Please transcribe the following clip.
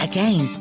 Again